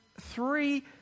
three